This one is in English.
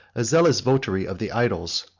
a zealous votary of the idols,